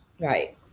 Right